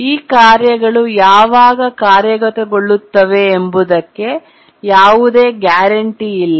ಈ ಕಾರ್ಯಗಳು ಯಾವಾಗ ಕಾರ್ಯಗತಗೊಳ್ಳುತ್ತವೆ ಎಂಬುದಕ್ಕೆ ಯಾವುದೇ ಗ್ಯಾರಂಟಿ ಇಲ್ಲ